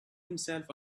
himself